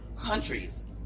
countries